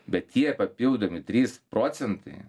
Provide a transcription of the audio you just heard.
bet tie papildomi trys procentai